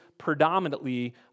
predominantly